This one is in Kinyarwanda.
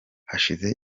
hashize